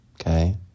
Okay